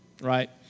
right